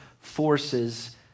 forces